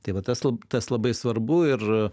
tai vat tas lab tas labai svarbu ir